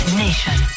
nation